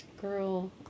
Girl